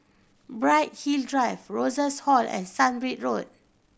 Bright Hill Drive Rosas Hall and Sunbird Road